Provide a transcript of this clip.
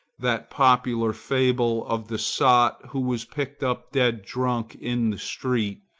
that popular fable of the sot who was picked up dead drunk in the street,